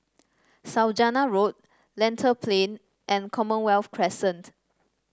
Saujana Road Lentor Plain and Commonwealth Crescent